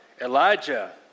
elijah